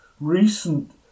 recent